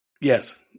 Yes